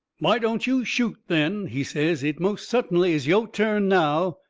why don't yo' shoot then? he says. it most suttinly is yo' turn now.